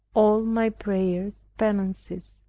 all my prayers, penances,